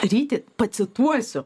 ryti pacituosiu